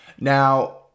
Now